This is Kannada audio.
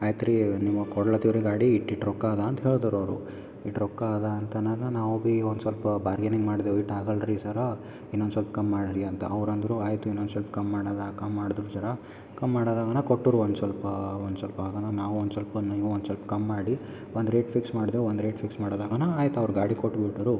ಆಯ್ತು ರೀ ನಿಮ್ಮ ಕೊಡ್ಲತೀವ್ರಿ ಗಾಡಿ ಇಷ್ಟ್ ಇಷ್ಟ್ ರೊಕ್ಕ ಅದ ಅಂತ ಹೇಳ್ದೋರು ಅವರು ಇಷ್ಟ್ ರೊಕ್ಕ ಅದ ಅಂತ ನಾನು ನಾವು ಬಿ ಒಂದು ಸ್ವಲ್ಪ ಬಾರ್ಗೈನಿಂಗ್ ಮಾಡ್ದೇವು ಇಷ್ಟ್ ಆಗಲ್ರಿ ಸರ್ರ ಇನ್ನೊಂದು ಸ್ವಲ್ಪ್ ಕಮ್ಮಿ ಮಾಡ್ರಿ ಅಂತ ಅವರಂದ್ರು ಆಯಿತು ಇನೊಂದು ಸ್ವಲ್ಪ್ ಕಮ್ಮಿ ಮಾಡೋದ ಕಮ್ಮಿ ಮಾಡಿದ್ರು ಸರ್ರ ಕಮ್ಮಿ ಮಾಡೋದಾದ್ರಾ ಕೊಟ್ಟರು ಒಂದು ಸ್ವಲ್ಪ ಒಂದು ಸ್ವಲ್ಪ ಆಗ ನಾವು ನಾವು ಒಂದು ಸ್ವಲ್ಪ ನೀವು ಒಂದು ಸ್ವಲ್ಪ್ ಕಮ್ಮಿ ಮಾಡಿ ಒಂದು ರೇಟ್ ಫಿಕ್ಸ್ ಮಾಡ್ದೆವು ಒಂದು ರೇಟ್ ಫಿಕ್ಸ್ ಮಾಡದಾಗನಾ ಆಯಿತು ಅವ್ರು ಗಾಡಿ ಕೊಟ್ಟು ಬಿಟ್ಟರು